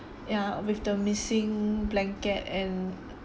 ya with the missing blanket and